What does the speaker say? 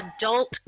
adult